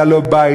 היה לו בית,